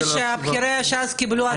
ראיתי שבכירי ש"ס קיבלו הצעת שוחד.